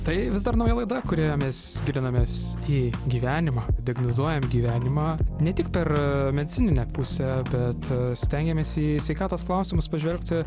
tai vis dar nauja laida kurioje mes gilinamės į gyvenimą diagnozuojam gyvenimą ne tik per medicininę pusę bet stengiamės į sveikatos klausimus pažvelgti